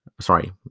sorry